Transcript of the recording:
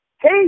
Hey